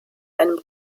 einem